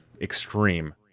extreme –